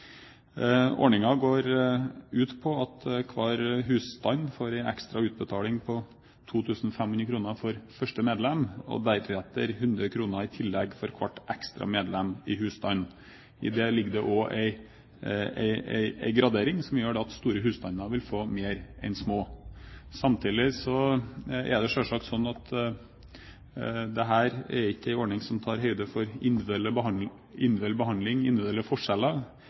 går ut på at hver husstand får en ekstra utbetaling på 2 500 kr for første medlem, og deretter 100 kr i tillegg for hvert ekstra medlem i husstanden. I det ligger det også en gradering som gjør at store husstander vil få mer enn små. Samtidig er dette ikke en ordning som tar høyde for individuell behandling og individuelle forskjeller. Det tror jeg heller ikke